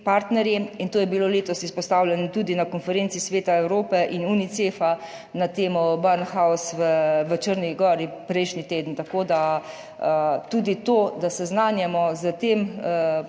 in to je bilo letos izpostavljeno tudi na konferenci Sveta Evrope in Unicefa na temo Barnahus v Črni Gori prejšnji teden, tako da tudi to, da seznanimo s tem projektom